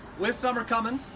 with summer coming,